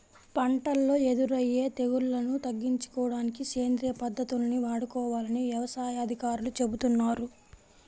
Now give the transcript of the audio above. పంటల్లో ఎదురయ్యే తెగుల్లను తగ్గించుకోడానికి సేంద్రియ పద్దతుల్ని వాడుకోవాలని యవసాయ అధికారులు చెబుతున్నారు